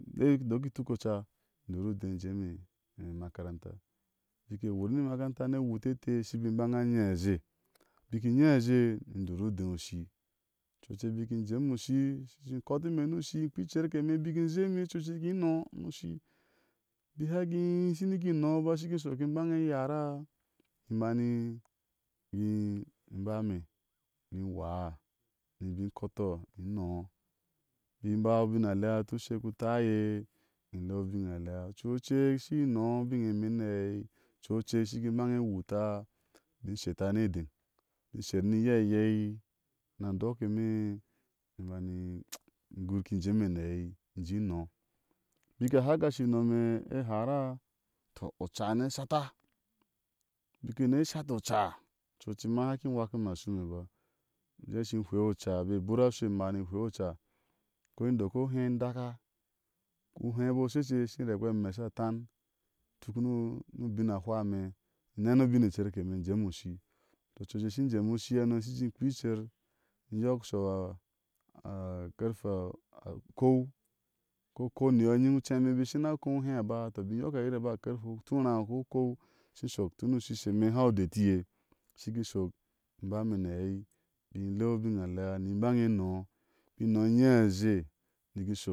Dei bik in dok i iotukk oca in dur uder in jé ime, imakaranta bikin wur ni imakaranta ni e wuta shi gi imbaŋa aɛ azhie bik in aɛ́ azhie shi ki in dur udei nio ushii oculek bik in jémi ushii shi jé kɔti ime ni ushii, ni ikpea icerke im bik in zhie ime ocwek ika nɔɔ ni ushii bik hani ishi ni ki nɔɔ ba shi ki shɔk iki baŋe eine yaa raa ni bani im baa ime i bik bai iwea nijei ikɔtɔ ni iba ubin alea bik utu shek u tai iye, i ile ubin alea ocu ocek ishik kim inɔɔ biɔe ime ni aei, ocu ocek a shiki baŋe wata ibin sheta no edeŋ i bin sher ni iyei iyei ni and ɔk ime ni ime bani in gur kal in jéme ni a aɛi in je inɔɔ bik a haŋa, a ka shi inom e ihara tɔ oca ni e shata bika ni shatu o oca ocu o ocek ma i hana ki iwa ki ime ashui ime ba. bik ujé ishi heɛi a o oca bike e bur ashui ɛmaa, ni e hwɛia oca kɔ indok ogé indaka, ohe bik o shece, kɔ ime kpekpea ame a sha tan, ituk ni ubin a hwawe, nin nena o ubine ker ke ime in jéme ushi tɔ, ocu o ocek ishi jeme ushii hano ishi jé kpea icer, iyɔk shɔa karfe ukou, kɔ ukou ni yɔ inyiŋ ucɛi imɛ bika shina ko ohé a ba, tɔ bikin yɔk oyiri bi a karfe utóóráá kɔ ukou, ishi shɔk, tun ushiii she ine uhau udetiye ishi ki shɔk, ime baa ime ni aɛi ibik bile u bin a lea ni baŋe ɛnɔɔ biki inɔɔ in nyi azhie, ni ime kin in shok